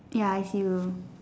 ya I see you